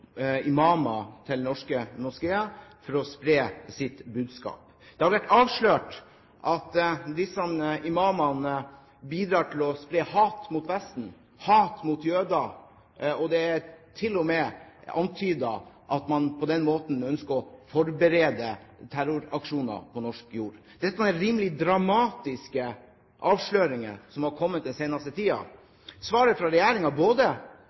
endog imamer til norske moskeer for å spre sitt budskap. Det har vært avslørt at disse imamene bidrar til å spre hat mot Vesten, hat mot jøder. Det er til og med antydet at man på den måten ønsker å forberede terroraksjoner på norsk jord. Det er rimelig dramatiske avsløringer som har kommet den seneste tiden. Svaret fra regjeringen, både